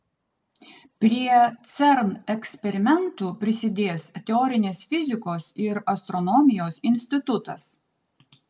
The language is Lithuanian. prie cern eksperimentų prisidės teorinės fizikos ir astronomijos institutas